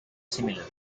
similar